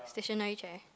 stationary chair